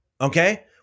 okay